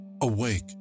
Awake